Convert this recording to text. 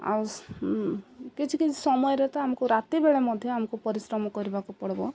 ଆଉ କିଛି କିଛି ସମୟରେ ତ ଆମକୁ ରାତି ବେଳେ ମଧ୍ୟ ଆମକୁ ପରିଶ୍ରମ କରିବାକୁ ପଡ଼ିବ